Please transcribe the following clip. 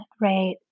right